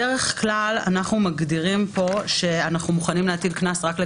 שמדבר על